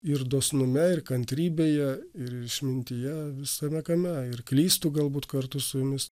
ir dosnume ir kantrybėje ir išmintyje visame kame ir klystu galbūt kartu su jumis